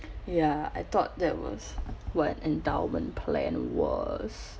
ya I thought that was what endowment plan was